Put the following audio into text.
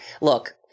Look